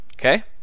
Okay